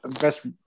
best